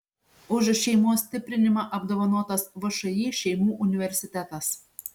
už šeimos stiprinimą apdovanotas všį šeimų universitetas